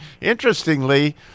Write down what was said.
Interestingly